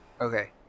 Okay